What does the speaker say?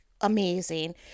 amazing